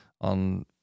on